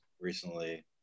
recently